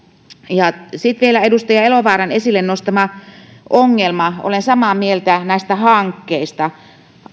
ja sitten vielä edustaja elovaaran esille nostama ongelma olen samaa mieltä näistä hankkeista